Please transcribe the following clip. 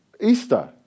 Easter